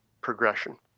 progression